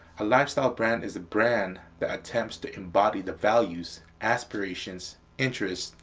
a lifestyle brand is a brand that attempts to embody the values, aspirations, interests,